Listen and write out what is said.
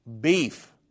beef